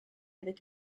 avec